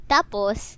Tapos